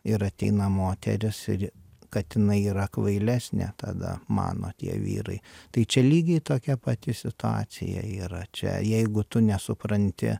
ir ateina moteris ir kad jinai yra kvailesnė tada mano tie vyrai tai čia lygiai tokia pati situacija yra čia jeigu tu nesupranti